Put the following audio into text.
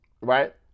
Right